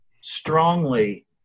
strongly